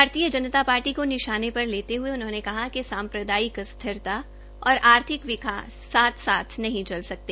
भारतीय जनता पार्टी का निशाने पर लेते हये उन्होंने कहा कि साम्प्रदायिक अस्थिरता और आर्थिक विकास साथ साथ नहीं चल सकते